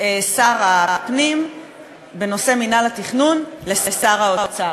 שר הפנים בנושא מינהל התכנון לשר האוצר.